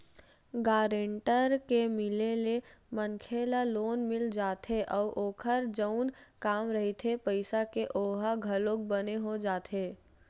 guarantor के मिले ले मनखे ल लोन मिल जाथे अउ ओखर जउन काम रहिथे पइसा के ओहा घलोक बने हो जाथे